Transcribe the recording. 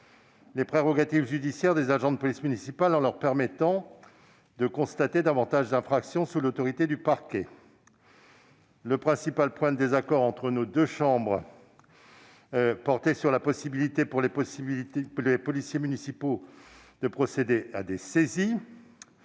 les prérogatives judiciaires des agents de police municipale en leur permettant de constater davantage d'infractions, sous l'autorité du parquet. Le principal point de désaccord entre nos deux chambres portait sur la possibilité pour les policiers municipaux de procéder à des saisies.